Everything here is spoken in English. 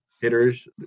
hitters